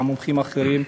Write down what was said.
גם מומחים אחרים,